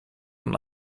und